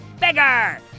bigger